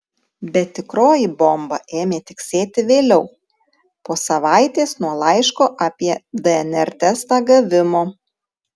bet tikroji bomba ėmė tiksėti vėliau po savaitės nuo laiško apie dnr testą gavimo